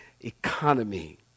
economy